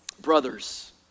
brothers